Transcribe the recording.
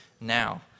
now